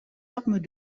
armes